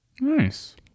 Nice